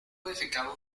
defecado